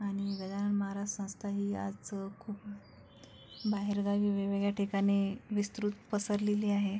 आणि गजानन महाराज संस्था ही आज खूप बाहेरगावी वेगवेगळ्या ठिकाणी विस्तृत पसरलेली आहे